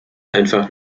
einfach